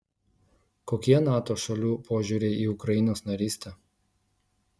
kokie nato šalių požiūriai į ukrainos narystę